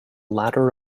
ladder